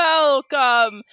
Welcome